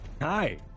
Hi